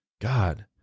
God